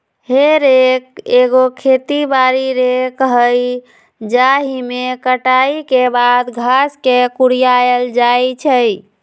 हे रेक एगो खेती बारी रेक हइ जाहिमे कटाई के बाद घास के कुरियायल जाइ छइ